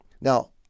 Now